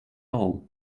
all